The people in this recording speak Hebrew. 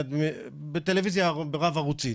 בטלוויזיה רב ערוצית,